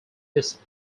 descent